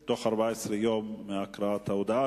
או של הסיעות בתוך 14 יום מהקראת ההודעה,